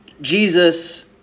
Jesus